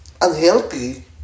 unhealthy